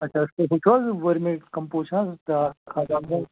اچھا ہُہ چھُو حظ ؤرمہِ کَمپوسٹ چھِنا آسان سُہ بیٛاکھ کھاد